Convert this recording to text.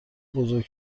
بزرگ